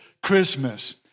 Christmas